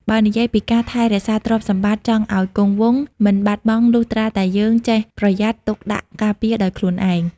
បើនិយាយពីការថែរក្សារទ្រព្យសម្បត្តិចង់អោយគង់វង្ស មិនបាត់បង់លុះត្រាតែយើង ចេះប្រយ័ត្ន ទុកដាក់ការពារដោយខ្លួនឯង។